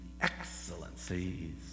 excellencies